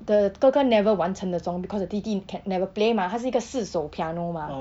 the 哥哥 never 完成 the song because the 弟弟 can never play mah 他是一个四手 piano mah